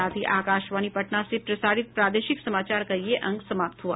इसके साथ ही आकाशवाणी पटना से प्रसारित प्रादेशिक समाचार का ये अंक समाप्त हुआ